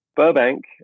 Burbank